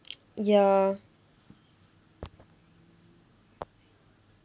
ya